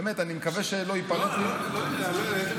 באמת, אני מקווה שלא, איזו משפחה?